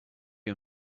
you